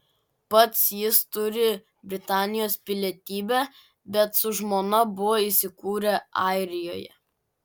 pats jis turi britanijos pilietybę bet su žmona buvo įsikūrę airijoje